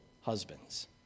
husbands